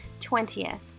20th